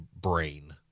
brain